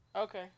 Okay